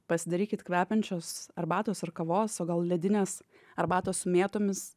pasidarykit kvepiančios arbatos ar kavos o gal ledinės arbatos su mėtomis